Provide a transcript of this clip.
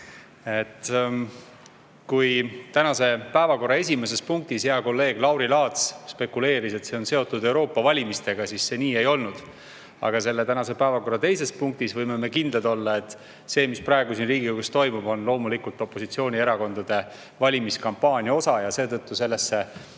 Kui tänase päevakorra esimeses punktis hea kolleeg Lauri Laats spekuleeris, et [toimuv] on seotud Euroopa valimistega, siis see nii ei olnud. Aga selle tänase päevakorra teise punkti puhul võime kindlad olla, et see, mis praegu siin Riigikogus toimub, on loomulikult opositsioonierakondade valimiskampaania osa. Seetõttu sellesse